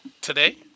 Today